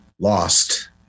lost